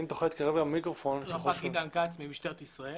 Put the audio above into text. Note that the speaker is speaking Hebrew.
מהייעוץ המשפטי של משטרת ישראל.